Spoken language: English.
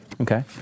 Okay